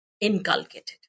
inculcated